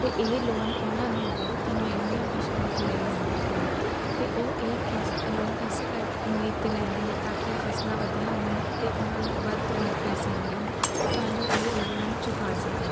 ਅਤੇ ਇਹ ਲੋਨ ਉਹਨਾਂ ਨੇ ਬਹੁਤ ਹੀ ਮਹਿੰਗੀਆਂ ਕਿਸ਼ਤਾਂ 'ਤੇ ਲਏ ਹੁੰਦੇ ਹਨ ਅਤੇ ਉਹ ਇਹ ਕਿਸ਼ਤ ਲੋਨ ਇਸੇ ਕਰਕੇ ਉਮੀਦ 'ਤੇ ਲੈਂਦੇ ਹੈ ਤਾਂ ਕਿ ਫਸਲਾਂ ਵਧੀਆਂ ਹੋਣ ਅਤੇ ਉਹਨਾਂ ਨੂੰ ਵੱਧ ਤੋਂ ਵੱਧ ਪੈਸੇ ਮਿਲਣ ਤਾਂ ਜੋ ਇਹ ਉਹ ਲੋਨ ਚੁਕਾ ਸਕਣ